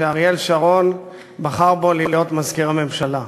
שאריאל שרון בחר בו להיות מזכיר הממשלה.